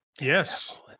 Yes